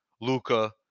Luca